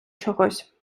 чогось